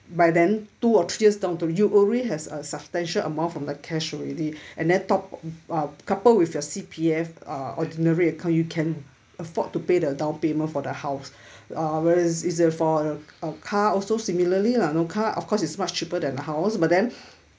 by then two or three years down to road you already has a substantial amount from the cash already and then top uh coupled with your C_P_F uh ordinary account you can afford to pay the downpayment for the house uh whereas is uh for a a car also similarly lah know car of course it's much cheaper than a house but then